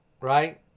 right